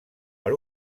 per